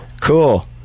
cool